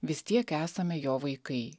vis tiek esame jo vaikai